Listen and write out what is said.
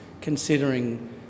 considering